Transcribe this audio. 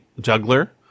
juggler